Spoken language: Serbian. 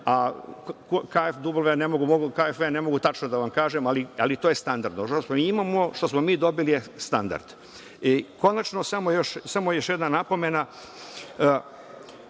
dugove ne mogu tačno da vam kažem, ali to je standardno. Imamo, ono što smo mi dobili, to je standard. Konačno, samo još jedna napomena,